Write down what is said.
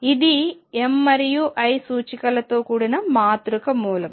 ఇది m మరియు l సూచికలతో కూడిన మాతృక మూలకం